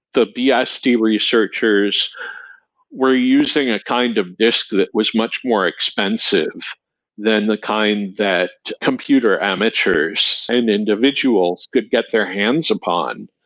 the bsd researchers were using a kind of disk that was much more expensive than the kind that computer amateurs and individuals could get their hands upon.